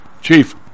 Chief